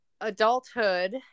adulthood